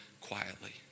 quietly